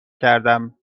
کردم